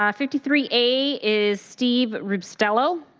um fifty three a is steve castillo.